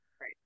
right